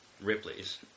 Ripley's